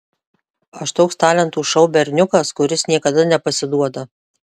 aš toks talentų šou berniukas kuris niekada nepasiduoda